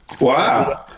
Wow